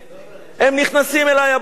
הם נכנסים אלי הביתה,